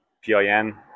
p-i-n